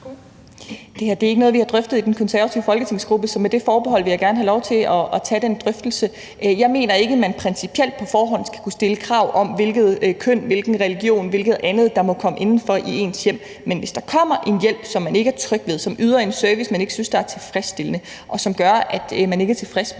her er ikke noget, vi har drøftet i den konservative folketingsgruppe. Så med det forbehold vil jeg gerne have lov til at tage den drøftelse. Jeg mener ikke, man principielt på forhånd skal kunne stille krav om, hvilket køn, hvilken religion eller hvilket andet der må komme indenfor i ens hjem. Men hvis der kommer en hjælp, som man ikke er tryg ved, som yder en service, man ikke synes er tilfredsstillende, og som gør, at man ikke er tilfreds med